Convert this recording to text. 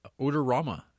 odorama